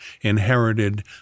inherited